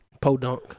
Podunk